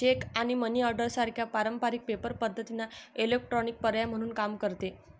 check आणि money order सारख्या पारंपारिक पेपर पद्धतींना इलेक्ट्रॉनिक पर्याय म्हणून काम करते